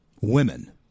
women